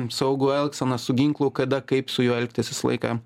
saugų elgseną su ginklu kada kaip su juo elgtis visą laiką